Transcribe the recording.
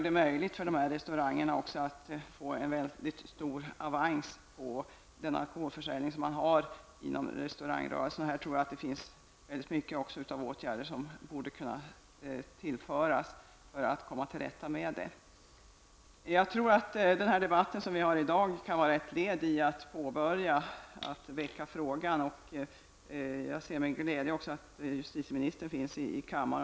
Detta ger restaurangen en väldigt stor avans på alkoholförsäljningen. Här finns det också mycket av åtgärder som borde kunna vidtas. Jag tror att dagens debatt kan utgöra ett led i väckandet av den här frågan. Jag ser med glädje att även justitieministern är närvarande i kammaren.